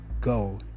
go